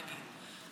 נגיד,